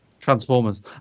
Transformers